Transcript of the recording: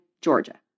Georgia